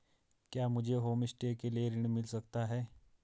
क्या मुझे होमस्टे के लिए ऋण मिल सकता है?